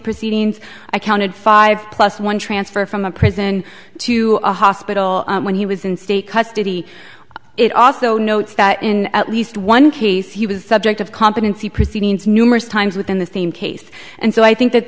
proceedings i counted five plus one transfer from a prison to a hospital when he was in state custody it also notes that in at least one case he was subject of competency proceedings numerous times within the same case and so i think that